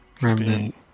Remnant